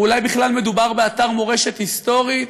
או אולי בכלל מדובר באתר מורשת היסטורית,